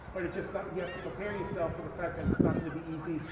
but it's just not, you have to prepare yourself for the fact that it's not gonna be easy,